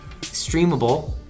streamable